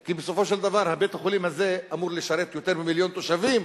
כי בסופו של דבר בית-החולים הזה אמור לשרת יותר ממיליון תושבים.